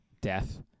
death